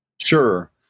Sure